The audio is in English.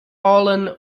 alan